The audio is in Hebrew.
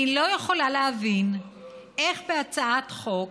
אני לא יכולה להבין איך בהצעת חוק